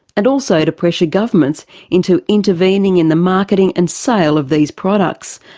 and also to pressure governments into intervening in the marketing and sale of these products,